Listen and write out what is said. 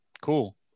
Cool